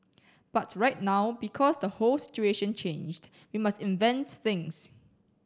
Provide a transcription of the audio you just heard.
but right now because the whole situation changed we must invent things